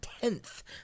tenth